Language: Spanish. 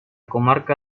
comarca